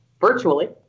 virtually